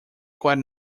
quite